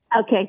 Okay